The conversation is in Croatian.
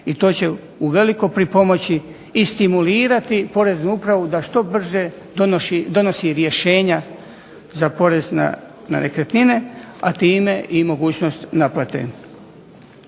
i to će uveliko pripomoći i stimulirati POreznu upravu da što brže donosi rješenja za porez na nekretnine, a time i mogućnost naplate.